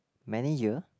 many year